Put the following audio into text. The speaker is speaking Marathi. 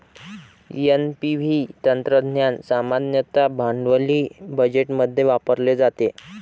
एन.पी.व्ही तंत्रज्ञान सामान्यतः भांडवली बजेटमध्ये वापरले जाते